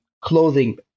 clothing